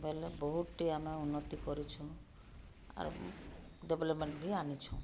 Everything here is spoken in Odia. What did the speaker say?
ବେଲେ ବହୁତଟି ଆମେ ଉନ୍ନତି କରିଛୁ ଆର୍ ଡେଭଲପ୍ମେଣ୍ଟ ବି ଆଣିଛୁଁ